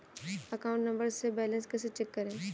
Account number से balance कैसे check करें?